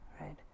right